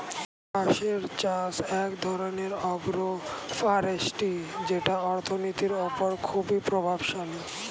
বাঁশের চাষ এক ধরনের আগ্রো ফরেষ্ট্রী যেটা অর্থনীতির ওপর খুবই প্রভাবশালী